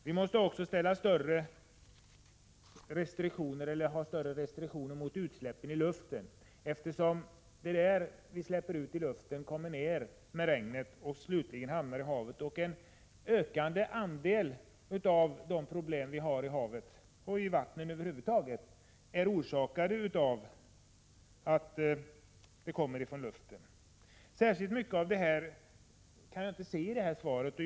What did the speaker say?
Vi måste också ha större restriktioner mot utsläppen i luften. Det vi släpper ut i luften kommer ned med regnet och hamnar slutligen i havet. En ökande andel av de problem som finns i haven — och i vatten över huvud taget — orsakas av det som kommer från luften. Jag kan inte se att speciellt mycket av detta har behandlats i svaret.